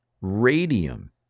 Radium